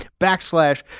backslash